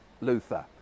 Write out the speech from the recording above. Luther